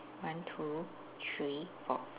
one two three four